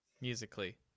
Musically